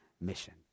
mission